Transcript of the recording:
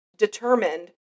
determined